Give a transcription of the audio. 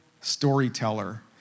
storyteller